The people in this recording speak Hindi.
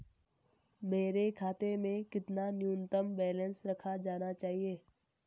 मेरे खाते में कितना न्यूनतम बैलेंस रखा जाना चाहिए?